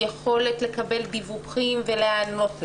יכולת לקבל דיווחים להיענות להם,